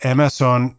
Amazon